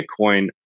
Bitcoin